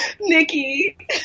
Nikki